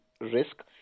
risk